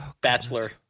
bachelor